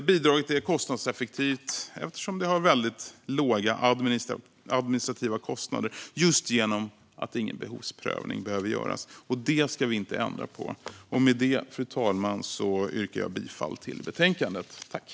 Bidraget är kostnadseffektivt eftersom det har väldigt låga administrativa kostnader just genom att ingen behovsprövning behöver göras. Det ska vi inte ändra på. Med det, fru talman, yrkar jag bifall till förslaget i betänkandet.